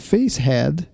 FaceHead